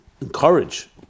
encourage